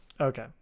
Okay